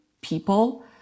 people